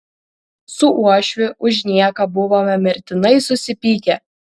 su uošviu už nieką buvome mirtinai susipykę